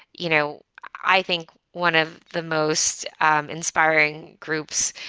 you know i think, one of the most inspiring groups.